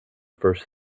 first